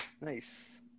Nice